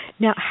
Now